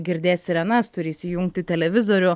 girdės sirenas turi įsijungti televizorių